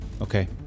Okay